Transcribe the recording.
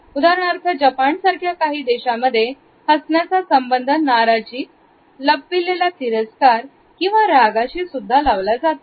उदाहरणार्थ जपान सारख्या काही देशांमध्ये हसण्याचा संबंध नाराजी लपविलेला तिरस्कार किंवा रागा शी सुद्धा लावला जातो